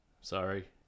Sorry